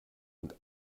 und